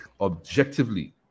objectively